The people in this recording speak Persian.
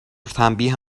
تنبیه